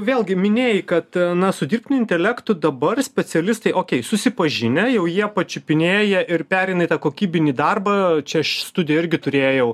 vėlgi minėjai kad na su dirbtiniu intelektu dabar specialistai okei susipažinę jau jie pačiupinėję jie ir pereina į tą kokybinį darbą čia aš studijoj irgi turėjau